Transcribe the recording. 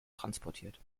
transportiert